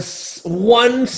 one